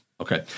Okay